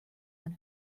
one